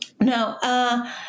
Now